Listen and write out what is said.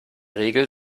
regel